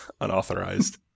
unauthorized